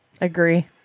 Agree